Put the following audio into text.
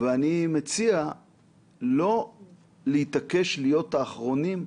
אני מציע לא להתעקש להיות האחרונים,